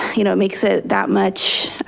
you know, it makes it that much